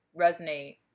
resonate